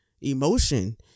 emotion